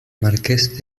marqués